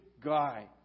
guy